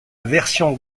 version